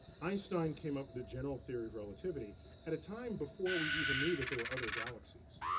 einstein came up with the general theory of relativity at a time before we even knew that there were other galaxies.